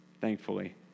thankfully